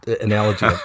analogy